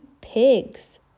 pigs